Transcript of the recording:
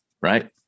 Right